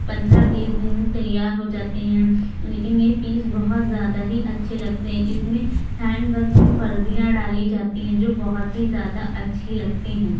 پندرہ بیس دن میں تیار ہو جاتے ہیں لیکن یہ پیس بہت زیادہ ہی اچھے لگتے ہیں اس میں ہینڈ ورک میں فردیاں ڈالی جاتی ہیں جو بہت ہی زیادہ اچھی لگتی ہیں